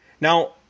Now